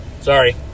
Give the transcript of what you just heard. sorry